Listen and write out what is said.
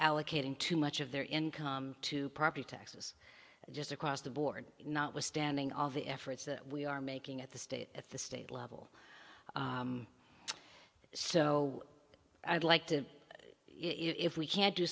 allocating too much of their income to property taxes just across the board not withstanding all the efforts that we are making at the state at the state level so i'd like to see if we can do